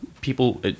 people